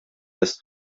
ist